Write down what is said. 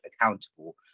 accountable